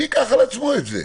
מי ייקח על עצמו את זה?